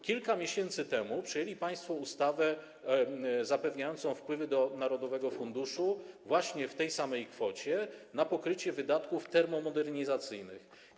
Kilka miesięcy temu przyjęli państwo ustawę zapewniającą wpływy do narodowego funduszu właśnie w tej samej kwocie na pokrycie wydatków termomodernizacyjnych.